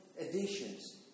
editions